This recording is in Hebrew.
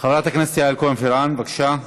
חברת הכנסת יעל כהן-פארן, בבקשה.